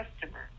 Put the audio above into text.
customer